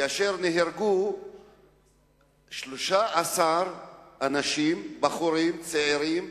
כאשר נהרגו 13 אנשים, בחורים צעירים,